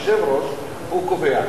היושב-ראש, הוא קובע.